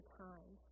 time